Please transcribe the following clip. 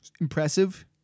impressive